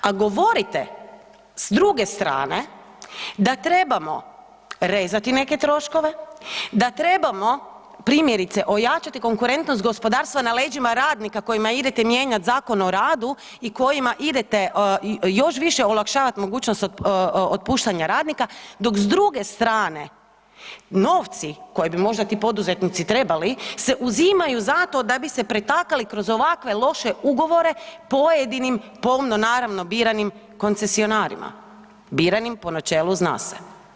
A govorite s druge strane da trebamo rezati neke troškove, da trebamo primjerice ojačati konkurentnost gospodarstva na leđima radnika kojima idete mijenjat Zakon o radu i kojima idete još više olakšavat mogućnost otpuštanja radnika, dok s druge strane novci koji bi možda ti poduzetnici trebali se uzimaju zato da bi se pretakali kroz ovakve loše ugovore pojedinim, pomno naravno biranim koncesionarima, biranim po načelu zna se.